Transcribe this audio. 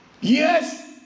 yes